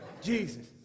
Jesus